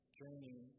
journey